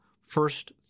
first